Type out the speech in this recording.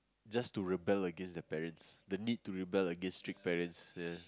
just to rebel against their parents the need to rebel against strict parents ya